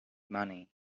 money